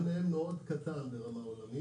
הפער ביניהן קטן מאוד ברמה עולמית.